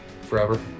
forever